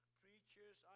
preachers